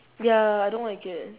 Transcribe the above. ya I don't like it